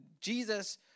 Jesus